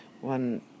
one